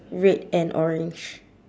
red and orange